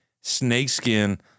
snakeskin